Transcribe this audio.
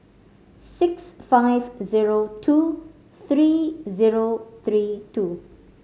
six five zero two three zero three two